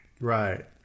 Right